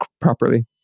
properly